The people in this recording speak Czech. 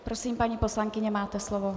Prosím, paní poslankyně, máte slovo.